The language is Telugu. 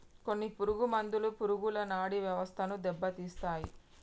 కొన్ని పురుగు మందులు పురుగుల నాడీ వ్యవస్థను దెబ్బతీస్తాయి